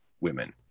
women